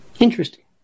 Interesting